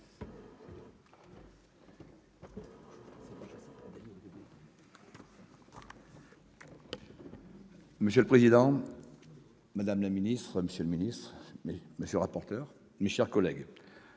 Monsieur le président, madame la ministre, monsieur le secrétaire d'État, monsieur le rapporteur, mes chers collègues,